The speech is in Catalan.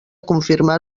confirmar